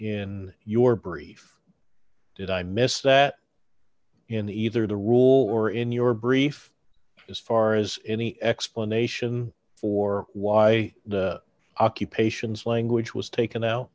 in your brief did i miss that in either the rule or in your brief as far as any explanation for why the occupation's language was taken out